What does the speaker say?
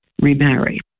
remarry